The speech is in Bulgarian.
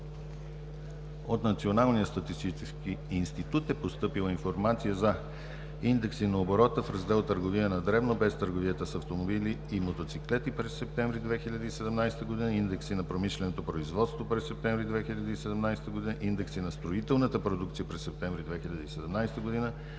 От Националния статистически институт е постъпила информация за: индекси на оборота в Раздел „Търговия на дребно“ без търговията с автомобили и мотоциклети през септември 2017 г.; индекси на промишленото производство през септември 2017 г.; индекси на строителната продукция през септември 2017 г.;